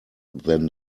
than